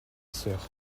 sœur